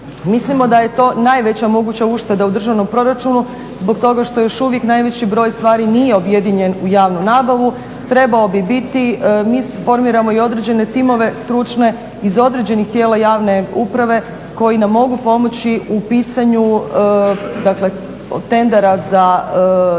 Mislimo da je to najveća moguća ušteda u državnom proračunu zbog toga što još uvijek najveći broj stvari nije objedinjen u javnu nabavu, trebao bi biti. Mi formiramo i određene timove stručne iz određenih tijela javne uprave koji nam mogu pomoći u pisanju, dakle tendera za javnu